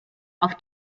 auf